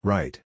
Right